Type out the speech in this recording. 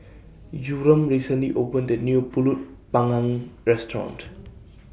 Yurem recently opened A New Pulut Panggang Restaurant